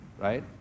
right